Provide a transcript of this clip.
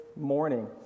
morning